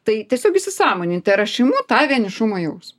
tai tiesiog įsisąmoninti ar aš imu tą vienišumo jausmą